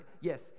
Yes